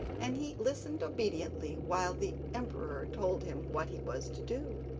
and he listened obediently while the emperor told him what he was to do.